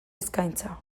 eskaintza